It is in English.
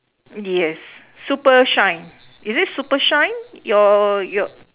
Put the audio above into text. yes super shine is it super shine your yo~